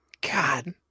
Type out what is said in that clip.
God